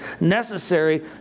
necessary